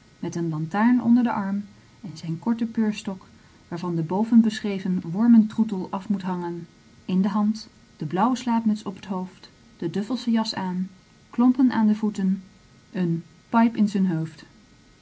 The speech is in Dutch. met een lantaarn onder den arm en zijn korten peurstok waarvan de bovenbeschrevene wormentroetel af moet hangen in de hand de blauwe slaapmuts op t hoofd de duffelsche jas aan klompen aan de voeten een paip in zen hoofd